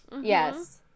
Yes